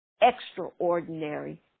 extraordinary